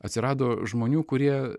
atsirado žmonių kurie